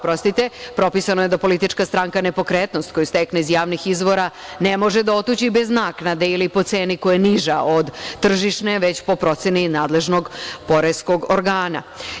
Propisano je da politička stranka nepokretnost koju stekne iz javnih izvora ne može da otuđi bez naknade ili po ceni koja je niža od tržišne, već po proceni nadležnog poreskog organa.